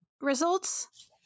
results